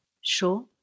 Sure